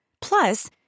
Plus